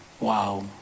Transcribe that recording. Wow